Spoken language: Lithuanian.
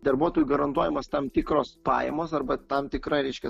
darbuotojui garantuojamas tam tikros pajamos arba tam tikra reiškias